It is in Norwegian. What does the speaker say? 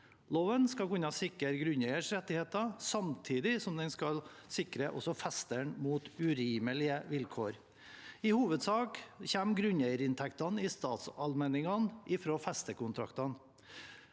Loven skal sikre grunneiers rettigheter samtidig som den skal sikre også festeren mot urimelige vilkår. I hovedsak kommer grunneierinntektene i statsallmenninger fra festekontrakter.